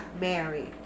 married